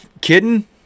kidding